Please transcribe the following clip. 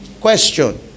Question